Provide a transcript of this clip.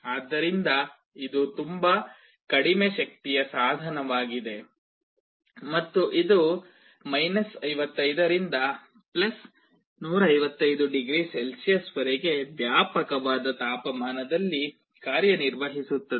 ಆದ್ದರಿಂದ ಇದು ತುಂಬಾ ಕಡಿಮೆ ಶಕ್ತಿಯ ಸಾಧನವಾಗಿದೆ ಮತ್ತು ಇದು 55 ರಿಂದ 155 ಡಿಗ್ರಿ ಸೆಲ್ಸಿಯಸ್ ವರೆಗೆ ವ್ಯಾಪಕವಾದ ತಾಪಮಾನದಲ್ಲಿ ಕಾರ್ಯನಿರ್ವಹಿಸುತ್ತದೆ